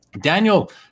Daniel